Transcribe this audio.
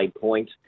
Point